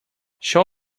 show